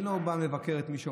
אני לא מבקר את מי שעובד,